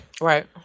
Right